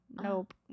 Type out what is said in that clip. Nope